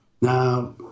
now